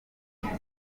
nziza